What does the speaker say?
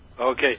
Okay